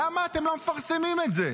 למה אתם לא מפרסמים את זה?